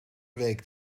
week